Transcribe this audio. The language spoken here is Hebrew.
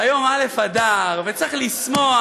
והיום א' באדר, וצריך לשמוח